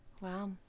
wow